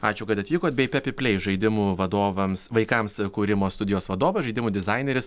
ačiū kad atvykot bei pepiplei žaidimų vadovams vaikams kūrimo studijos vadovas žaidimų dizaineris